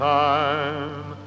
time